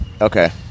Okay